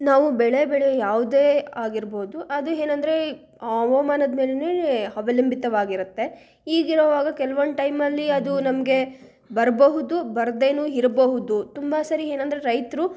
ನಾವು ಬೆಳೆ ಬೆಳೆಯೋ ಯಾವುದೇ ಆಗಿರ್ಬೋದು ಅದು ಏನಂದ್ರೆ ಹವಾಮಾನದ ಮೇಲೆಯೇ ಅವಲಂಬಿತವಾಗಿರುತ್ತೆ ಹೀಗಿರುವಾಗ ಕೆಲ್ವೊಂದು ಟೈಮಲ್ಲಿ ಅದು ನಮಗೆ ಬರಬಹುದು ಬರದೇನು ಇರಬಹುದು ತುಂಬ ಸರಿ ಏನಂದ್ರೆ ರೈತರು